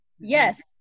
Yes